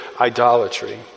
idolatry